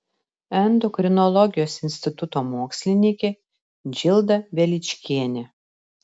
endokrinologijos instituto mokslininkė džilda veličkienė